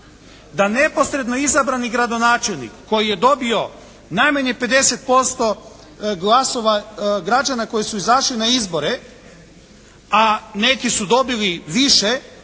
da neposredno izabrani gradonačelnik koji je dobio najmanje 50% glasova građana koji su izašli na izbore a neki su dobili više